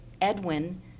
Edwin